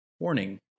Warning